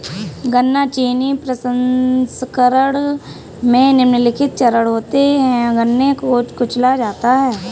गन्ना चीनी प्रसंस्करण में निम्नलिखित चरण होते है गन्ने को कुचला जाता है